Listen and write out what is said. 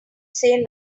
say